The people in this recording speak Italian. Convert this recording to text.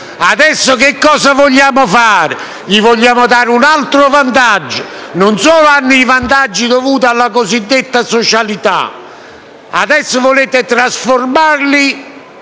Adesso cosa vogliamo fare? Vogliamo dare loro un altro vantaggio? Non solo hanno i vantaggi dovuti alla cosiddetta socialità; adesso volete trasformarli